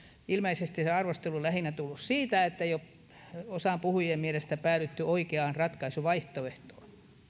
ilmeisesti lähinnä tullut siitä että osan puhujista mielestä ei ole päädytty oikeaan ratkaisuvaihtoehtoon